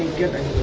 given